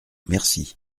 merci